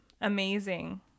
amazing